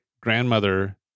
grandmother